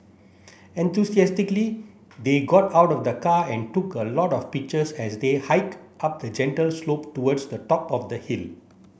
enthusiastically they got out of the car and took a lot of pictures as they hike up a gentle slope towards the top of the hill